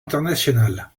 internationale